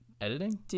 Editing